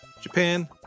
Japan